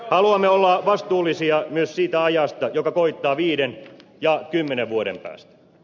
haluamme olla vastuullisia myös siitä ajasta joka koittaa viiden ja kymmenen vuoden päästä